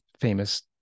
famous